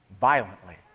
violently